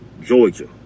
georgia